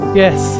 yes